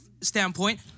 standpoint